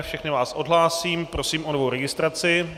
Všechny vás odhlásím a prosím o novou registraci.